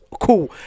cool